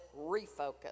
refocus